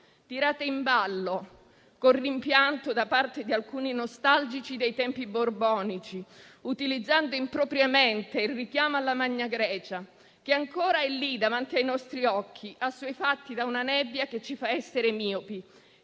tirata in ballo con rimpianto da parte di alcuni nostalgici dei tempi borbonici, utilizzando impropriamente il richiamo alla Magna Grecia, che ancora è lì davanti ai nostri occhi, assuefatti da una nebbia che ci fa essere miopi,